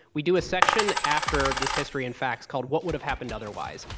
we do a section after this history and facts called, what would have happened otherwise?